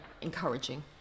encouraging